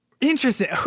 interesting